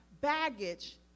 baggage